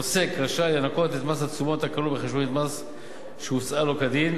עוסק רשאי לנכות את מס התשומות הכלול בחשבונית מס שהוצאה לו כדין,